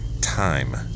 time